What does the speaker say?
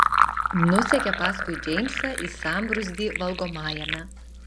nusekė paskui džeimsą į sambrūzdį valgomajame